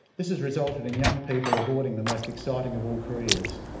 this has resulted in young people avoiding the most exciting of all careers,